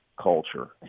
culture